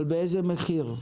אבל באיזה מחיר?